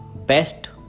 best